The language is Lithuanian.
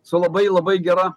su labai labai gera